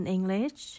English